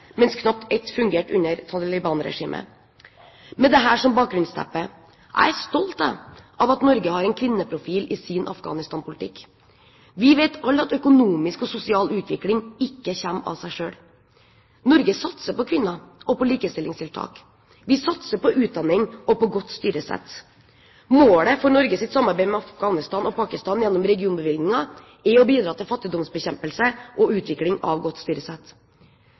mens knapt ett fungerte under Taliban-regimet. Med dette som bakgrunnsteppe er jeg stolt av at Norge har en kvinneprofil i sin Afghanistan-politikk. Vi vet alle at økonomisk og sosial utvikling ikke kommer av seg selv. Norge satser på kvinner og på likestillingstiltak, vi satser på utdanning og på godt styresett. Målet for Norges samarbeid med Afghanistan og Pakistan gjennom regionbevilgninger er å bidra til fattigdomsbekjempelse og utvikling av godt styresett.